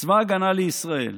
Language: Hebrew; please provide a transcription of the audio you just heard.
בצבא ההגנה לישראל,